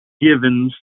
Givens